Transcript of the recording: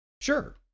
sure